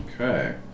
okay